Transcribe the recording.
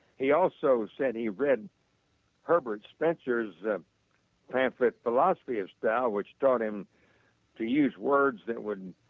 he also said he read herbert spencer's ah pamphlet philosophy of style which taught him to use words that would